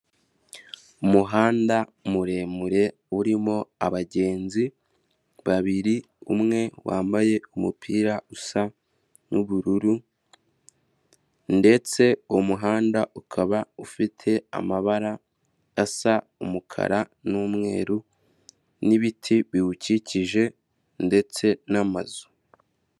Umuhanda muremure urimo abagenzi babiri umwe wambaye umupira usa n'ubururu ndetse umuhanda ukaba ufite amabara asa umukara n'umweru n'ibiti biwukikije ndetse n'amazu.